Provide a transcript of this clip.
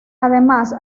además